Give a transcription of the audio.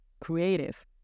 creative